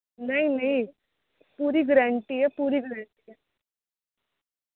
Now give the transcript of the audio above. नेईं नेईं पूरी गारंटी ऐ पूरी